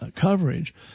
coverage